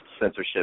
censorship